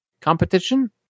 competition